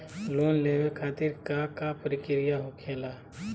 Loan लेवे खातिर का का प्रक्रिया होखेला?